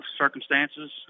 circumstances